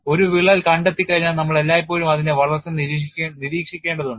ഒരു വിള്ളൽ കണ്ടെത്തി കഴിഞ്ഞാൽ നമ്മൾ എല്ലായ്പ്പോഴും അതിന്റെ വളർച്ച നിരീക്ഷിക്കേണ്ടതുണ്ട്